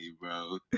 bro